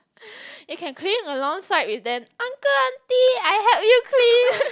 you can clean alongside with them uncle auntie I help you clean